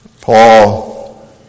Paul